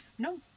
No